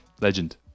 legend